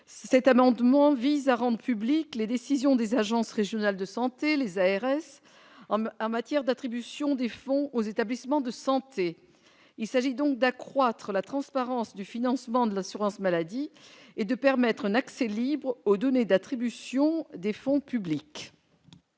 Cet amendement vise à rendre publiques les décisions des agences régionales de santé, les ARS, en matière d'attribution des fonds aux établissements de santé. Il s'agit donc d'accroître la transparence du financement de l'assurance maladie et de permettre un accès libre aux données d'attribution des fonds publics.